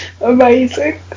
Amazing